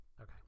Okay